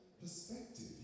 Perspective